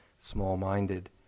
small-minded